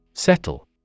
Settle